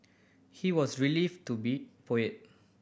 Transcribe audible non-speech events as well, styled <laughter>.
he was <unintelligible> to be poet